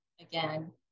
again